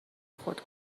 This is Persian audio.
خود